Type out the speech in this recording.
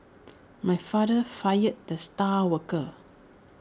my father fired the star worker